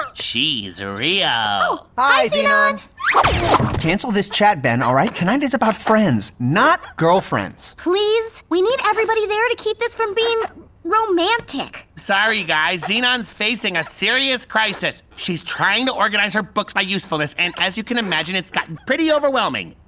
um she's ah real. hi, xenon! cancel this chat, ben, all right? tonight is about friends, not girlfriends. please. we need everybody there to keep this from being romantic. sorry, guys. xenon is facing a serious crisis. she's trying to organize her books by usefulness and as you can imagine, it's gotten pretty overwhelming.